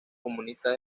comunistas